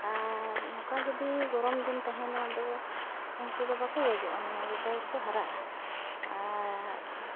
ᱟᱨ ᱱᱚᱝᱠᱟ ᱡᱩᱫᱤ ᱜᱚᱨᱚᱢ ᱫᱤᱱ ᱛᱮᱦᱮᱱᱟ ᱫᱚ ᱩᱱᱠᱩᱫᱚ ᱵᱟᱠᱚ ᱜᱚᱡᱚᱜᱼᱟ ᱢᱟᱱᱮ ᱡᱚᱛᱚ ᱜᱮᱠᱚ ᱦᱟᱨᱟᱜᱼᱟ ᱟᱨ